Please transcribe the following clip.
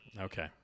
Okay